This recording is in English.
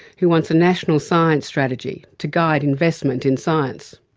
who wants a national science strategy to guide investment in science.